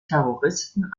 terroristen